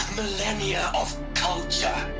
millenia of culture!